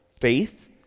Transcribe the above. faith